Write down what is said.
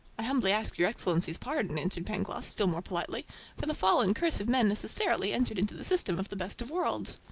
i humbly ask your excellency's pardon, answered pangloss, still more politely for the fall and curse of man necessarily entered into the system of the best of worlds.